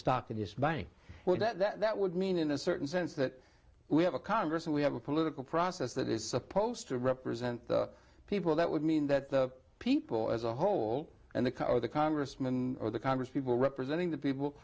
stock of this bank or that would mean in a certain sense that we have a congress and we have a political process that is supposed to represent the people that would mean that the people as a whole and the car or the congressman or the congress people representing the people